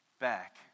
back